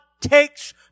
takes